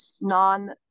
non